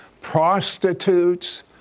prostitutes